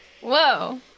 Whoa